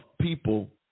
people